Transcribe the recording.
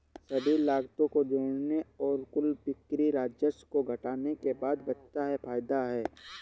सभी लागतों को जोड़ने और कुल बिक्री राजस्व से घटाने के बाद बचता है फायदा है